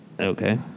Okay